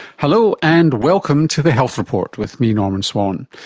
hello, and welcome to the health report with me, norman swan.